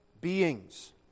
beings